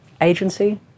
agency